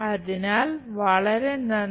അതിനാൽ വളരെ നന്ദി